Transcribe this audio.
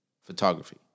photography